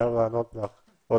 אני חייב לענות לך,